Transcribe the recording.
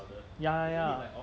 ya ya